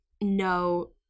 no